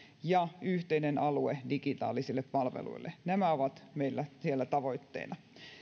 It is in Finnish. ja yhteinen alue digitaalisille palveluille ovat meillä siellä tavoitteena